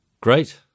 Great